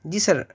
جی سر